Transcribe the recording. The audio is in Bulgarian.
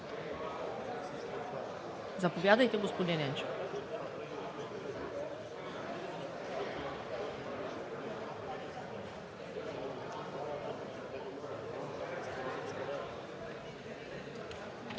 Заповядайте, господин Енчев.